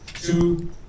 two